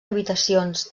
habitacions